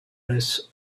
less